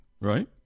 right